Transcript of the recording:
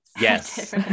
Yes